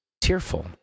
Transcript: tearful